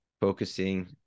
focusing